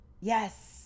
Yes